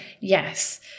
Yes